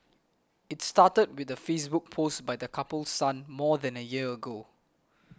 it started with the Facebook post by the couple's son more than a year ago